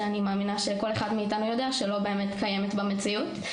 שאני מאמינה שכל אחד מאיתנו יודע שלא באמת קיימת במציאות,